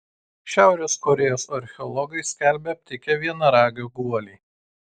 šiaurės korėjos archeologai skelbia aptikę vienaragio guolį